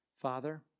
Father